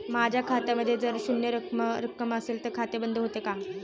माझ्या खात्यामध्ये जर शून्य रक्कम असेल तर खाते बंद होते का?